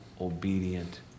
obedient